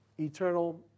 eternal